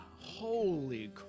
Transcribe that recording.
Holy